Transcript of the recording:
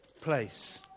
place